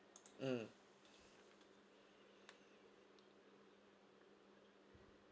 mm